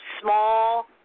Small